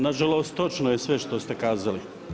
Nažalost, točno je sve što ste kazali.